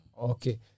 Okay